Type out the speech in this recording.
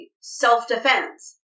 self-defense